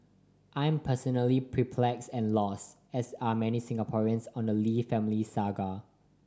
I'm personally perplexed and lost as are many Singaporeans on the Lee family saga